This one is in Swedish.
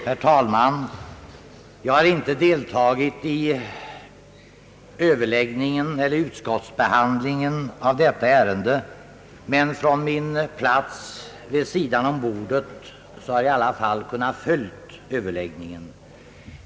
Herr talman! Jag har inte deltagit i utskottsbehandlingen av detta ärende, men från min plats vid sidan av bordet har jag i alla fall kunnat följa överläggningen.